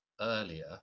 earlier